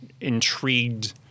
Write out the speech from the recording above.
intrigued